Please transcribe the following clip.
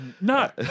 No